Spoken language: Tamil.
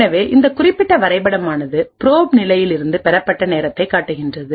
எனவே இந்த குறிப்பிட்ட வரைபடம் ஆனதுப்ரோப் நிலையில் இருந்து பெறப்பட்ட நேரத்தைக் காட்டுகிறது